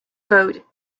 vote